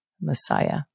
Messiah